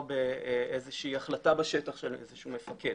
באיזה שהיא החלטה בשטח של איזה שהוא מפקד.